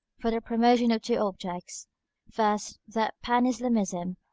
for the promotion of two objects first, that pan-islamism,